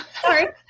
Sorry